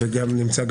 נמצא